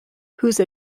whose